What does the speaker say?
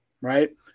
right